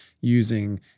using